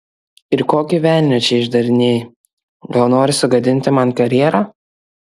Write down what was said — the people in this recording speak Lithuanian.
ir kokį velnią čia išdarinėji gal nori sugadinti man karjerą